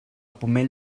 pomell